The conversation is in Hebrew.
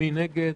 מי נגד?